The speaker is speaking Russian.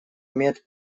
имеет